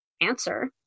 answer